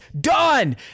done